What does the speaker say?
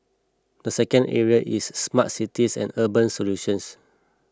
the second area is smart cities and urban solutions